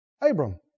Abram